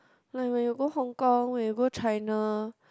like when you go Hong Kong when you go China